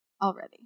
Already